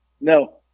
no